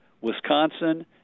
Wisconsin